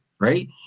right